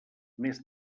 més